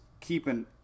keeping